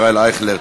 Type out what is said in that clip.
ישראל אייכלר,